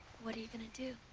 what are you gonna do?